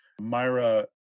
Myra